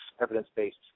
evidence-based